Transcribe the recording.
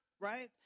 Right